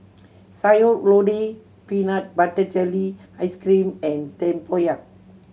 Sayur Lodeh peanut butter jelly ice cream and tempoyak